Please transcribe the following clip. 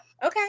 Okay